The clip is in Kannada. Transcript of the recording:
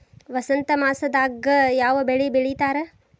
ವಸಂತ ಮಾಸದಾಗ್ ಯಾವ ಬೆಳಿ ಬೆಳಿತಾರ?